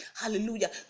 Hallelujah